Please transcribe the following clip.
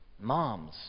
moms